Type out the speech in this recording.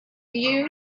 you